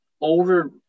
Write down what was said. over